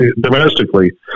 Domestically